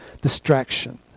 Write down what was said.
distraction